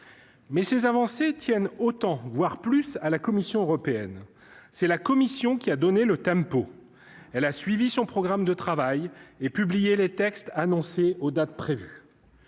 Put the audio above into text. mais ces avancées tiennent autant, voire plus, à la Commission européenne, c'est la commission qui a donné le tempo, elle a suivi son programme de travail et publier les textes annoncés aux dates prévues